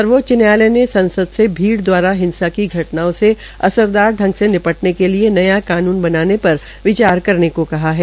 सर्वोच्च न्यायलय ने संसद से भीड़ हिंसा की घटनाओं से असरदार ढ़ग से निपटने के लिए नया कानून बनाने पर विचार करने को कहा है